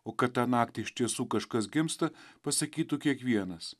o kad tą naktį iš tiesų kažkas gimsta pasakytų kiekvienas